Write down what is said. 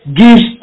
gives